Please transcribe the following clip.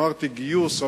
אמרתי גיוס,